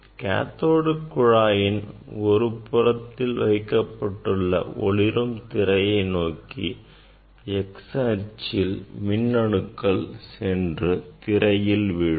காத்தோடு குழாயின் ஒருபுறத்தில் வைக்கப்பட்டுள்ள ஒளிரும் திரையை நோக்கி x அச்சில் மின்னணுக்கள் சென்று திரையில் விழும்